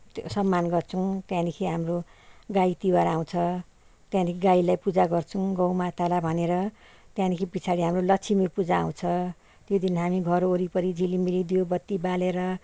सम्मान गर्छौँ त्यहाँदेखि हाम्रो अब गाई तिहार आउँछ गाईलाई पूजा गर्छौँ गौ मातालाई भनेर त्यहाँदेखि पछाडि हाम्रो लक्ष्मी पूजा आउँछ त्यो दिन हामी घर वरिपरी झिलिमिलि दियो बत्ती बालेर